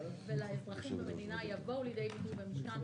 ולאזרחים במדינה יבואו לידי ביטוי במשכן.